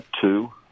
two